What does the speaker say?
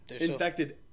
infected